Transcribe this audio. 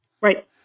right